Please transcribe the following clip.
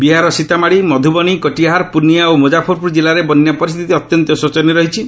ବିହାରର ସୀତାମାଢ଼ି ମଧୁବନୀ କଟିହାର ପୂର୍ଣ୍ଣିଆ ଓ ମୁଜାଫର୍ପୁର ଜିଲ୍ଲାରେ ବନ୍ୟା ପରିସ୍ଥିତି ଅତ୍ୟନ୍ତ ଶୋସନୀୟ ରହିଛି